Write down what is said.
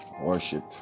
worship